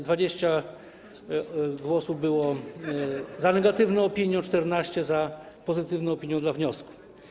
20 głosów było za negatywną opinią, 14 za pozytywną opinią wniosku.